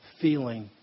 feeling